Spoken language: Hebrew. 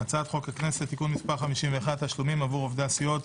הצעת חוק הכנסת (תיקון מס' 51) (תשלומים עבור עובדי הסיעות),